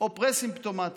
או פרה-סימפטומטיים.